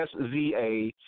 SZA